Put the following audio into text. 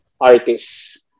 artists